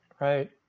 Right